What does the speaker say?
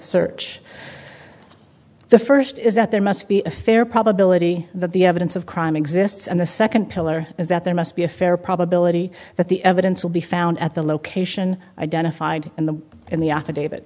search the first is that there must be a fair probability that the evidence of crime exists and the second pillar is that there must be a fair probability that the evidence will be found at the location identified in the in the af